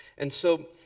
and so,